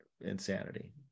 insanity